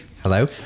Hello